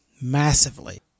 massively